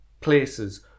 places